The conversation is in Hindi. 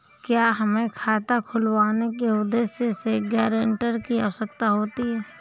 क्या हमें खाता खुलवाने के उद्देश्य से गैरेंटर की आवश्यकता होती है?